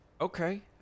okay